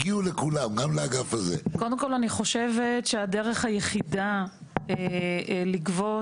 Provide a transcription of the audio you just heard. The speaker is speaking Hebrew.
קודם כל אני חושבת שהדרך היחידה לגבות